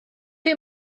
chi